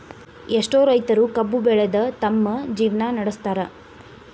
ಎಷ್ಟೋ ರೈತರು ಕಬ್ಬು ಬೆಳದ ತಮ್ಮ ಜೇವ್ನಾ ನಡ್ಸತಾರ